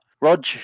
Rog